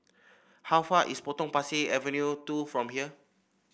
how far is Potong Pasir Avenue two from here